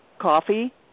coffee